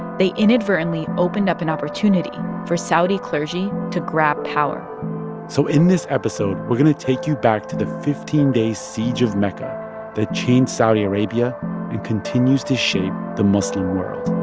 they inadvertently opened up an opportunity for saudi clergy to grab power so in this episode, we're going to take you back to the fifteen day siege of mecca that changed saudi arabia and continues to shape the muslim world